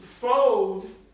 fold